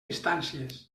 instàncies